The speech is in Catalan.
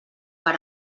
per